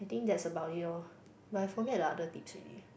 I think that's about it lor but I forget the other tips